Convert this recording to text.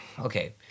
okay